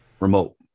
remote